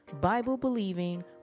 Bible-believing